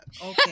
Okay